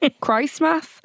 Christmas